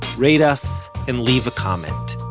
rate us, and leave a comment.